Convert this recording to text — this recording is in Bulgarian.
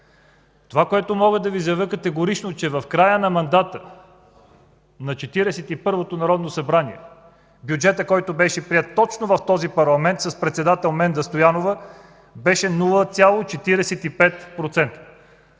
Това, което мога да Ви заявя категорично, че в края на мандата на Четиридесет и първото народно събрание бюджетът, който беше приет точно в този парламент с председател Менда Стоянова, беше 0,45%.